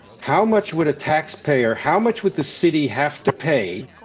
how much would a tax payer? how much would the city have to pay.